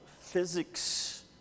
physics